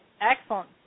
excellent